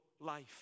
life